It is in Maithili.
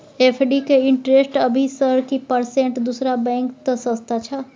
एफ.डी के इंटेरेस्ट अभी सर की परसेंट दूसरा बैंक त सस्ता छः?